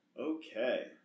Okay